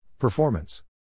Performance